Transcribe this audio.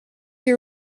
you